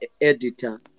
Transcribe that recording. editor